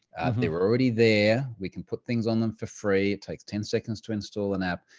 they were already there. we can put things on them for free. it takes ten seconds to install an app.